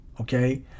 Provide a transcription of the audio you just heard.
Okay